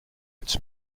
its